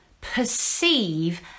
perceive